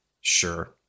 Sure